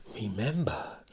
Remember